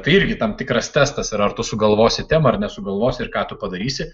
tai irgi tam tikras testas ir ar tu sugalvosi temą ar nesugalvos ir ką tu padarysi